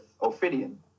Ophidian